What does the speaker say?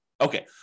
Okay